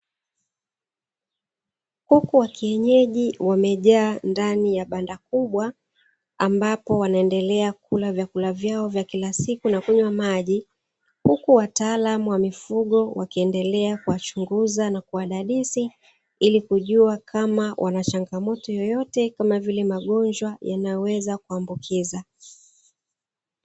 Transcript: Kuku wa kienyeji wamejaa ndani ya banda kubwa ambapo wanaendelea kula vyakula vyao vya kila siku na kunywa maji, huku wataalamu wa mifugo wakiendelea kuwa chunguza na kuwadadisi, ilikujua kama wanachangamoto yoyote kama vile magonjwa yanayo weza kuambukiza.